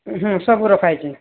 ହୁଁ ସବୁ ରଖାହୋଇଛି